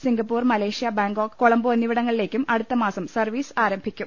Singapore Malaysia Bangkok Colombo എന്നിവിടങ്ങിലേക്കും അടുത്ത മാസം സർ വ്വീസ് അരംഭിക്കും